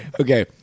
Okay